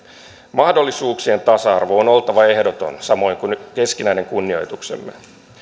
mahdollisuuksien tasa arvon on oltava ehdoton samoin kuin keskinäisen kunnioituksemme